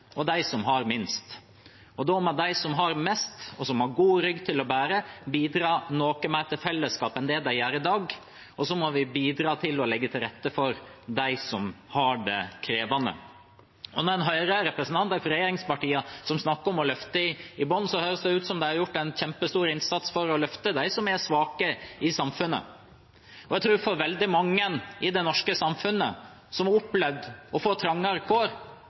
må de som har mest, og som har god rygg til å bære, bidra noe mer til fellesskapet enn det de gjør i dag, og så må vi bidra til å legge til rette for dem som har det krevende. Når en hører representanter fra regjeringspartiene snakke om å løfte i bunnen, høres det ut som om de har gjort en kjempestor innsats for å løfte dem i samfunnet som er svake. For veldig mange i det norske samfunnet som har opplevd å få trangere kår,